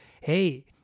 hey